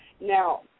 Now